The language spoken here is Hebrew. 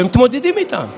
ומתמודדים איתם,